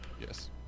Yes